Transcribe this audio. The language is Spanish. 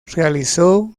realizó